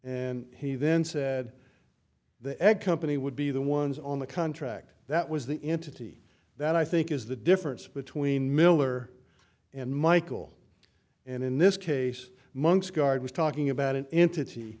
and he then said the egg company would be the ones on the contract that was the entity that i think is the difference between miller and michael and in this case monk's guard was talking about an entity